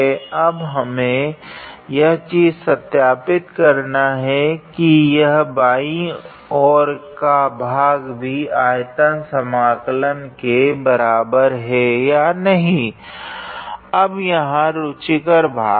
अब हमें इस चीज को सत्यापित करना है की यह बायीं और का भाग भी आयतन समाकलन के बराबर है या नहीं अब यहाँ रुचिकर भाग है